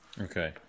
Okay